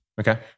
Okay